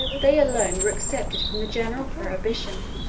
they alone were excepted from the general prohibition